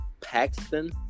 Paxton